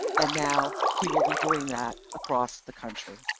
and now he will be doing that across the country.